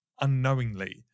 unknowingly